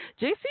JC